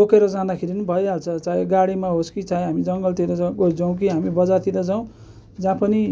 बोकेर जाँदाखेरि पनि भइहाल्छ चाहे गाडीमा होस् कि चाहे हामी जङ्गलतिर ए जाउँ कि हामी बजारतिर जाउँ जहाँ पनि